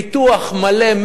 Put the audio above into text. פיתוח מלא,